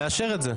נאשר את זה.